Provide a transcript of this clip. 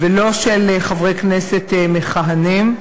ולא של חברי כנסת מכהנים,